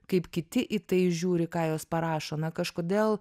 kaip kiti į tai žiūri ką jos parašo na kažkodėl